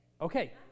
Okay